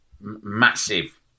massive